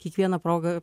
kiekviena proga